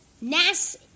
Nass